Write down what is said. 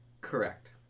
Correct